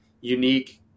unique